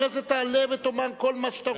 אחרי זה תעלה ותאמר כל מה שאתה רוצה.